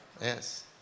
Yes